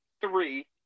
three